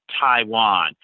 Taiwan